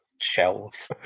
shelves